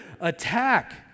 attack